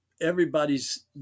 everybody's